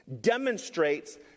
demonstrates